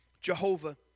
Jehovah